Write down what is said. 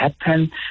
happen